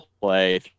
play